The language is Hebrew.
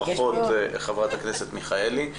ברכות לחברת הכנסת מרב מיכאלי.